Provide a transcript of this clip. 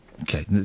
Okay